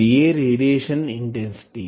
ఇదియే radiation intensity